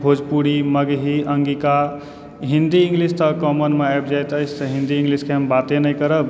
Bhojpuri Magahi Angika Hindi English तऽ आब कॉमनमे आबि जाएत अछि तऽ हिंदी इंग्लिशके हम बाते नहि करब